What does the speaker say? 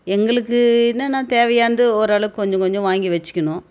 எங்களுக்கு என்னன்னா தேவையானது ஓரளவுக்கு கொஞ்சம் கொஞ்சம் வாங்கி வச்சிக்கினோம்